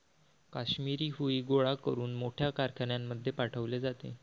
काश्मिरी हुई गोळा करून मोठ्या कारखान्यांमध्ये पाठवले जाते